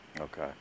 Okay